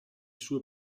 sue